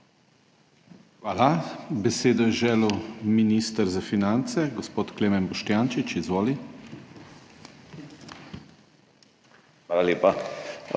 Hvala. Besedo je želel minister za finance, gospod Klemen Boštjančič. Izvoli. KLEMEN